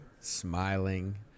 smiling